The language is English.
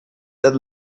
that